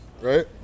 Right